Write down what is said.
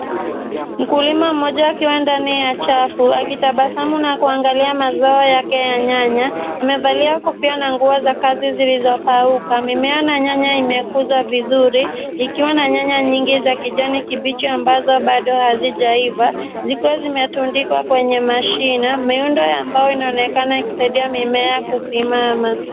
Mkulima mmoja akiwa ndani ya chafu akitabasamu na kuangalia mazao yake ya nyanya. Amevalia kofia na nguo za kazi zilizopauka. Mimea na nyanya imekuzwa vizuri ikiwa na nyanya nyingi za kijani kibichi ambazo bado hazijaiva zikiwa zimetundikwa kwenye mashina. Miundo ya mbao inaonekana kusaidia mimea kusimama.